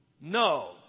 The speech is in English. No